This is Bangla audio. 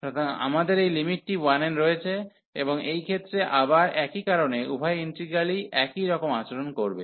সুতরাং আমাদের এই লিমিটটি 1 রয়েছে এবং এই ক্ষেত্রে আবার একই কারণে উভয় ইন্টিগ্রালই একই রকম আচরণ করবে